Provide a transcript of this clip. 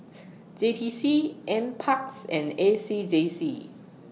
J T C N Parks and A C J C